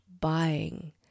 buying